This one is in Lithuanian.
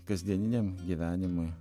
kasdieniniam gyvenimui